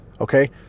okay